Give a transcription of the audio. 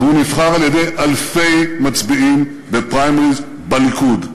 והוא נבחר על-ידי אלפי מצביעים בפריימריז בליכוד.